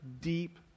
deep